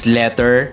letter